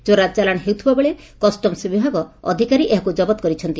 ଚୋରାଚାଲାଣ ହେଉଥିବା ବେଳେ କଷ୍ଟମସ୍ ବିଭାଗ ଅଧିକାରୀ ଏହାକୁ ଜବତ କରିଛନ୍ତି